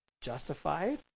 Justified